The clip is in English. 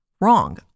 Wrong